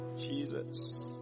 Jesus